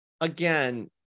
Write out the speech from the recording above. again